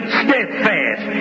steadfast